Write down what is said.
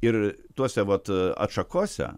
ir tuose vat atšakose